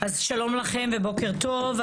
אז שלום לכם ובוקר טוב.